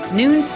noon